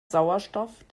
sauerstoff